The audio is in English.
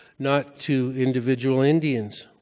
not to individual indians.